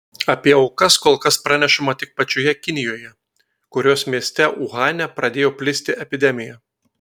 apie aukas kol kas pranešama tik pačioje kinijoje kurios mieste uhane pradėjo plisti epidemija